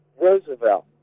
Roosevelt